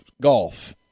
golf